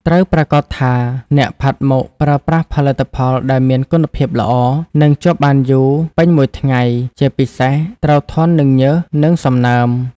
ត្រូវប្រាកដថាអ្នកផាត់មុខប្រើប្រាស់ផលិតផលដែលមានគុណភាពល្អ និងជាប់បានយូរពេញមួយថ្ងៃ ជាពិសេសត្រូវធន់នឹងញើស និងសំណើម ។